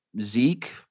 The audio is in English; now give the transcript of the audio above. Zeke